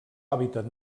hàbitat